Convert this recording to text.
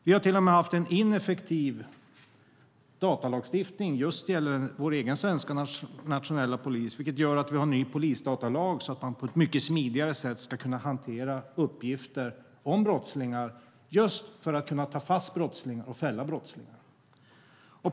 Vi har haft en ineffektiv datalagstiftning till och med när det gäller vår egen svenska nationella polis, vilket gör att vi har en ny polisdatalag för att man på ett mycket smidigare sätt ska kunna hantera uppgifter om brottslingar just för att kunna ta fast brottslingar och fälla dem.